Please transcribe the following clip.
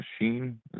machine